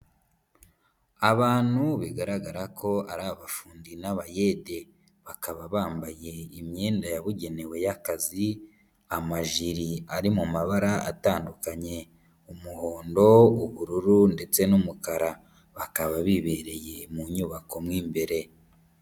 Abantu bigaragara ko ari abafundi n'abayede, bakaba bambaye imyenda yabugenewe y'akazi, amajiri ari mu mabara atandukanye umuhondo, ubururu ndetse n'umukara, bakaba bibereye mu nyubako mo imbere.